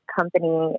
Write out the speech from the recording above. company